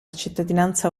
cittadinanza